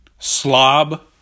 Slob